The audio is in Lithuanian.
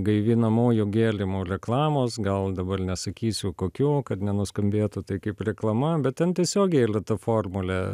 gaivinamųjų gėlimų reklamos gal dabar nesakysiu kokių kad nenuskambėtų tai kaip reklama bet ten tiesiog ylia ta formulė